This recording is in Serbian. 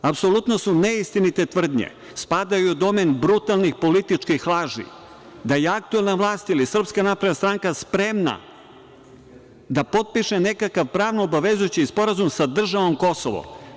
Apsolutno su neistinite tvrdnje, spadaju u domen brutalnih političkih laži, da je aktuelna vlast ili SNS spremna da potpiše nekakav pravno-obavezujući sporazum sa državom Kosovo.